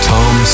Tom